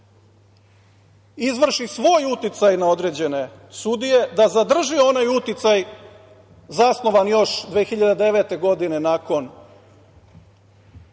izvrši svoj uticaj na određene sudije, da zadrži onaj uticaj zasnovan još 2009. godine, nakon